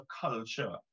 culture